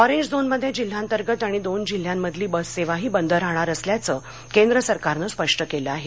orange झोनमध्ये जिल्हांतर्गत आणि दोन जिल्ह्यांमधली बससेवाही बंद राहणार असल्याचं केंद्र सरकारनं स्पष्ट केलं आहे